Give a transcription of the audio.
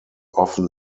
often